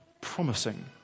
promising